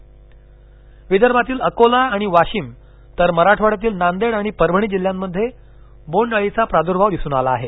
बोंडआळी विदर्भातील अकोला आणि वाशिम तर मराठवाड्यातील नांदेड आणि परभणी जिल्ह्यांमध्ये बोंडवळीचा प्रादर्भाव दिसून आला आहे